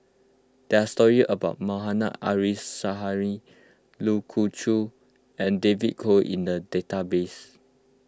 there are stories about Mohammad Arif Suhaimi Lu Khoon Choy and David Kwo in the database